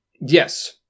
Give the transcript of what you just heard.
yes